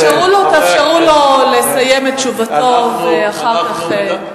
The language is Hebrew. תאפשרו לו לסיים את תשובתו, ואחר כך.